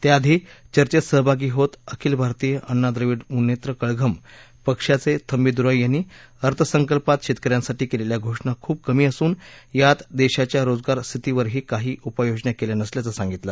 त्याआधी चर्चेत सहभागी होत अखिल भारतीय अण्णा द्रविड मुनेत्र कळघम पक्षाचे थंबी दुराई यांनी अर्थसंकल्पात शेतकऱ्यांसाठी केलेल्या घोषणा खूप कमी असून यात देशाच्या रोजगार स्थितीवरही काही उपाययोजना केल्या नसल्याचं सांगितलं